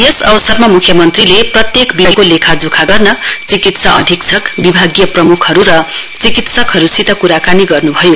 यस अवसरमा मुख्यमन्त्रीले प्रत्येक विभागका स्थितिको लेखाजोखा गर्न चिकित्सा अधीक्षक विभागीय प्रमुखहरू र चिकित्सकहरूसित कुराकानी गर्नुभयो